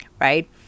right